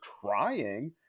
trying